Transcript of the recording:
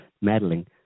meddling